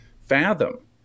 fathom